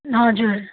हजुर